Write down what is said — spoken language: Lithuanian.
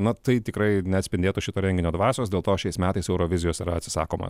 na tai tikrai neatspindėtų šito renginio dvasios dėl to šiais metais eurovizijos yra atsisakoma